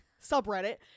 subreddit